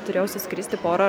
turėjau suskristi porą